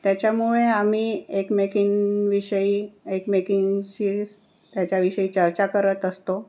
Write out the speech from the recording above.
त्याच्यामुळे आम्ही एकमेकींविषयी एकमेकींशी त्याच्याविषयी चर्चा करत असतो